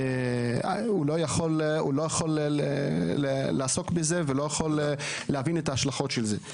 יכול לעסוק בזה ולהבין את ההשלכות של זה.